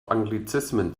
anglizismen